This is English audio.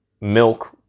milk